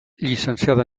llicenciada